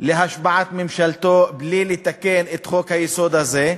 להשבעת ממשלתו בלי לתקן את חוק-היסוד הזה.